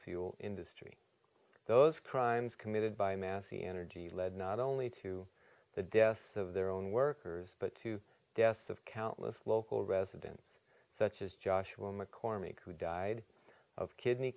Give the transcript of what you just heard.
fuel industry those crimes committed by massey energy led not only to the deaths of their own workers but to deaths of countless local residents such as joshua mccormick who died of kidney